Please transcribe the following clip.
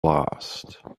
lost